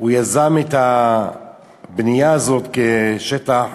הוא יזם את הבנייה הזאת כשטח